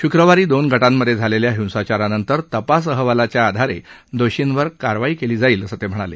शुक्रवारी दोन गटांमधे झालेल्या हिंसाचारानंतर तपास अहवालाच्या आधारे दोषींवर कारवाई करण्यात येईल असं ते म्हणाले